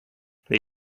they